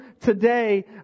today